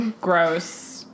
Gross